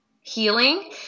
healing